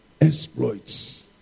exploits